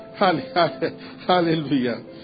Hallelujah